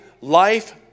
life